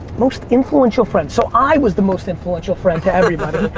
most influential friend. so i was the most influential friend to everybody.